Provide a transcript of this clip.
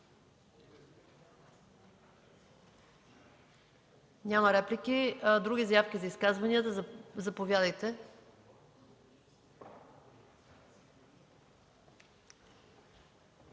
Няма реплики. Други заявки за изказвания? Заповядайте,